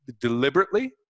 deliberately